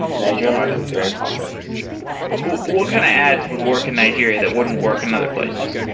nigerian market is very complex what kind of ads would work in nigeria that wouldn't work in other places?